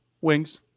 Wings